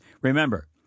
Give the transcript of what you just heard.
Remember